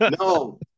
no